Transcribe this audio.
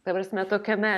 ta prasme tokiame